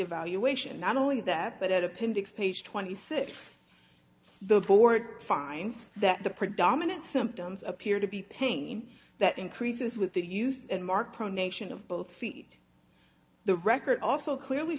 evaluation not only that but at appendix page twenty six the board finds that the predominant symptoms appear to be pain that increases with the use and mark prone nation of both feet the record also clearly